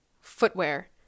Footwear